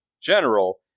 general